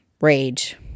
Rage